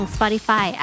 Spotify